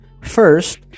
first